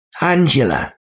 Angela